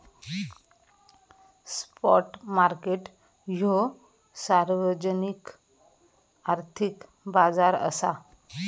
spot market ह्यो सार्वजनिक आर्थिक बाजार असा